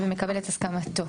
ומקבל את הסכמתו.